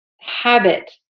habit